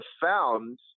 found